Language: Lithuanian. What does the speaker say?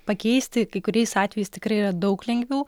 pakeisti kai kuriais atvejais tikrai yra daug lengviau